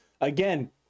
again